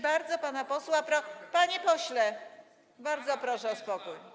Bardzo pana posła proszę... panie pośle, bardzo proszę o spokój.